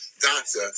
doctor